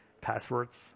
passwords